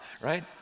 right